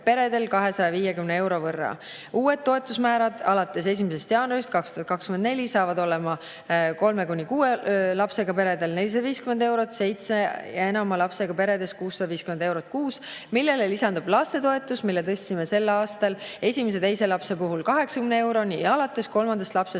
peredel 250 euro võrra. Uued toetusmäärad alates 1. jaanuarist 2024 saavad olema kolme kuni kuue lapsega peredel 450 eurot, seitsme ja enama lapsega peredel 650 eurot kuus, millele lisandub lastetoetus, mille tõstsime sel aastal esimese ja teise lapse puhul 80 euroni ja alates kolmandast lapsest